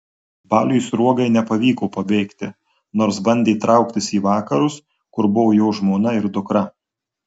baliui sruogai nepavyko pabėgti nors bandė trauktis į vakarus kur buvo jo žmona ir dukra